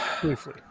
Briefly